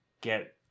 get